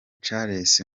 charles